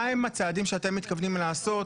מהם הצעדים שאתם מתכוונים לעשות